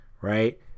Right